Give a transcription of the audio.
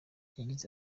yagize